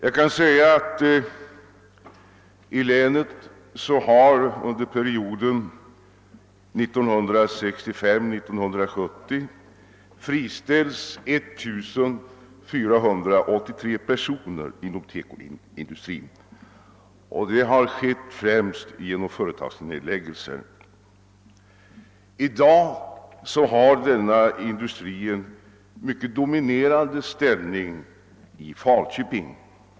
I Skaraborgs län har under perioden 1965—1970 friställts 1483 personer inom TEKO-industrin, och det har skett främst i samband med företagsnedläg gelser. I dag har denna industri en mycket dominerande ställning i Falköping.